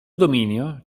dominio